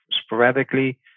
sporadically